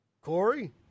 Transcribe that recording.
Corey